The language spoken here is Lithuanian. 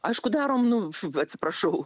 aišku darom nu atsiprašau